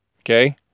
Okay